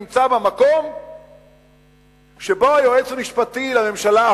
הקצה נמצא במקום שבו היועץ המשפטי לממשלה,